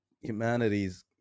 humanity's